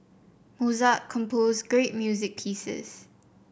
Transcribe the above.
Mozart composed great music pieces